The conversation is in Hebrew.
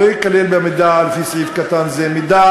לא ייכלל במידע על-פי סעיף קטן זה מידע